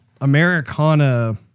Americana